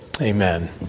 amen